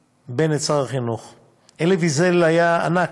בנט, שר החינוך: אלי ויזל היה ענק,